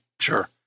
Sure